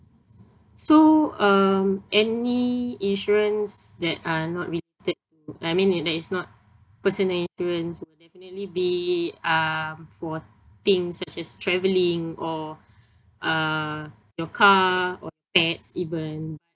so um any insurance that are not I mean th~ that is not personal insurance will definitely be um for things such as travelling or uh your car or tax even